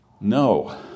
No